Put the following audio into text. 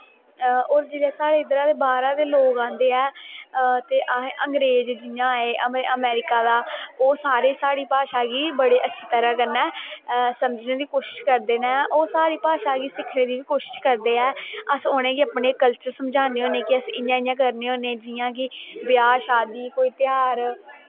और जिसलै साढ़े इद्धर बाह्रा दे लोग आंदे ऐ ते अंग्रेज़ जियां एह् अमैरिका दा ओह् सारे साढ़ी भाशा गी बड़ी अच्छी तरां कन्नै समझने दी कोशिश करदे न ओह् साढ़ी भाशा गी सिक्खने दी बी कोशिश करने न अस उनेंगी अपने कलचर समझान्ने होन्ने कि अस इयां करने होन्ने कि जियां ब्याह् शादी कोई ध्यार